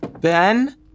Ben